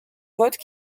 votes